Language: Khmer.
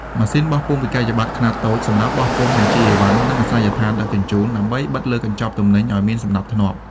ម៉ាស៊ីនបោះពុម្ពវិក្កយបត្រខ្នាតតូច សម្រាប់បោះពុម្ពបញ្ជីអីវ៉ាន់ និងអាសយដ្ឋានដឹកជញ្ជូន ដើម្បីបិទលើកញ្ចប់ទំនិញឱ្យមានសណ្ដាប់ធ្នាប់។